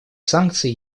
санкции